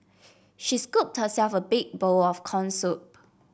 she scooped herself a big bowl of corn soup